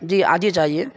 جی آج ہی چاہیے